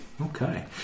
Okay